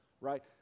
right